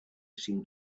seemed